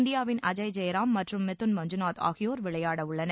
இந்தியாவின் அஜய் ஜெயராம் மற்றும் மிதுன் மஞ்சுநாத் ஆகியோர் விளையாடவுள்ளனர்